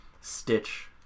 Stitch